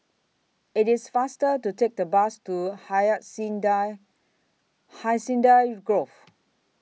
IT IS faster to Take The Bus to Hacienda Hacienda Grove